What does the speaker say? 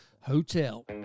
Hotel